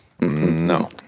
No